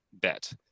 bet